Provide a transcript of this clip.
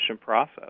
process